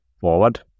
forward